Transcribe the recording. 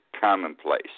commonplace